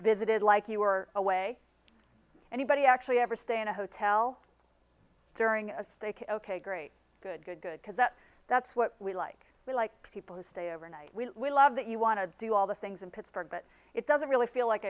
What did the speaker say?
visited like you were away anybody actually ever stay in a hotel during a steak ok great good good good because that that's what we like we like people who stay overnight we love that you want to do all the things in pittsburgh but it doesn't really feel like